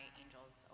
angels